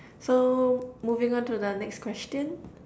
so moving on to the next question